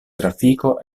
trafiko